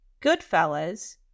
Goodfellas